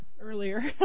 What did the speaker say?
earlier